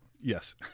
Yes